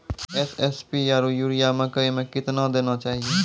SSP आरु urea मकई मे कितना देना चाहिए?